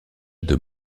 deux